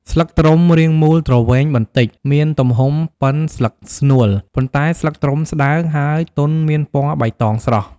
ស្លឹកត្រុំរាងមូលទ្រវែងបន្តិច មានទំហំ ប៉ុនស្លឹកស្នួល ប៉ុន្តែស្លឹកត្រុំស្ដើង ហើយទន់មានពណ៌បៃតងស្រស់។